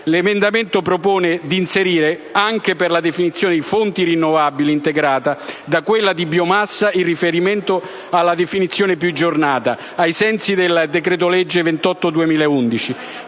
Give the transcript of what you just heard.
l'emendamento propone di inserire anche per la definizione di energia da fonti rinnovabili integrata da quella di biomassa il riferimento alla definizione più aggiornata, ai sensi del decreto legislativo